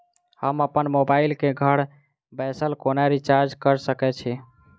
हम अप्पन मोबाइल कऽ घर बैसल कोना रिचार्ज कऽ सकय छी?